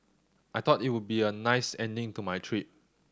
I thought it would be a nice ending to my trip